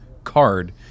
card